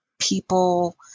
people –